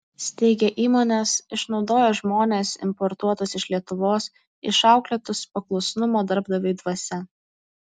steigia įmones išnaudoja žmones importuotus iš lietuvos išauklėtus paklusnumo darbdaviui dvasia